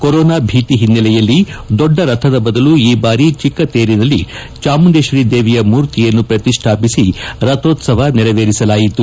corona ಭೀತಿ ಹಿನ್ನೆಲೆಯಲ್ಲಿ ದೊಡ್ಡ ರಥದ ಬದಲು ಈ ಬಾರಿ ಚಿಕ್ಕ ತೇರಿನಲ್ಲಿ ಚಾಮುಂಡೇಶ್ವರಿ ದೇವಿಯ ಮೂರ್ತಿಯನ್ನು ಪ್ರತಿಷ್ಠಾಪಿಸಿ ರಥೋತ್ತವ ನೆರವೇರಿಸಲಾಯಿತು